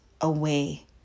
away